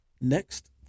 next